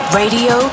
radio